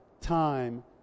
time